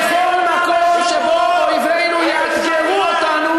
בכל מקום שבו אויבינו יאתגרו אותנו,